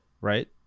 right